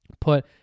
Put